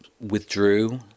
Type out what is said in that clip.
withdrew